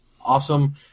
Awesome